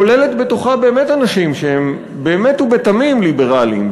שכוללת בתוכה אנשים שהם באמת ובתמים ליברלים,